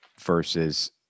versus